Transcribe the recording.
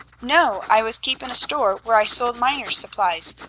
no. i was keeping a store where i sold miners' supplies.